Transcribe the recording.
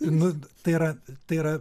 nu tai yra tai yra